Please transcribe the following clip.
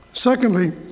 Secondly